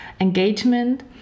engagement